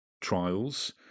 trials